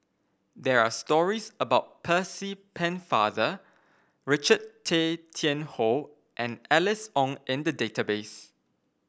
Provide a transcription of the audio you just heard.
there are stories about Percy Pennefather Richard Tay Tian Hoe and Alice Ong in the database